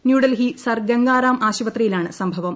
New Delhi sir Gangaram ആശുപത്രിയിലാണ് സംഭവം